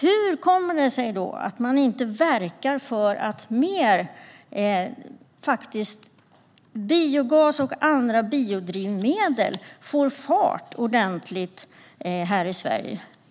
Hur kommer det sig då att man inte verkar för att biogas och andra biodrivmedel får ordentlig fart här i Sverige?